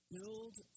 Build